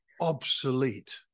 obsolete